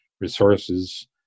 resources